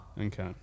Okay